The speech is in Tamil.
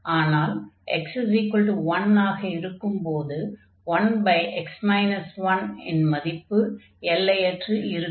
ஆனால் x 1ஆக இருக்கும் போது 1x 1 இன் மதிப்பு எல்லையற்று இருக்கும்